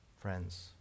Friends